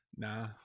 Nah